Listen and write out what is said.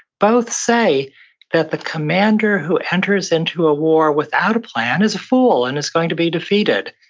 both say that the commander who enters into a war without a plan is a fool, and is going to be defeated.